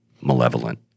malevolent